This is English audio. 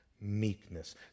meekness